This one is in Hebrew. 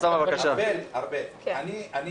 שואל כי אני יודע.